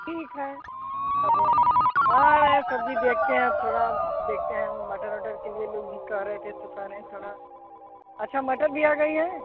ठीक है अब आ रहे हैं सब्ज़ी देखते है अब थोड़ा देखते है मटर वटर के लिए लोग भी कह रहे थे तो कह रहे हैं थोड़ा अच्छा मटर भी आ गई है